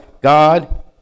God